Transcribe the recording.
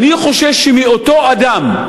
אני חושש מאותו אדם,